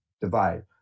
divide